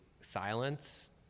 silence